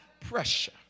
pressure